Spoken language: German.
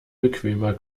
bequemer